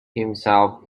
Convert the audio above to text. himself